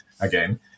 again